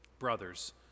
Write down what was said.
Brothers